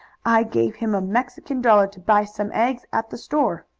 i gave him a mexican dollar to buy some eggs at the store.